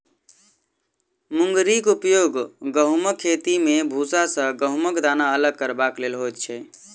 मुंगरीक उपयोग गहुमक खेती मे भूसा सॅ गहुमक दाना अलग करबाक लेल होइत छै